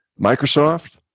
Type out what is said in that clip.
Microsoft